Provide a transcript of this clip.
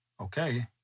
okay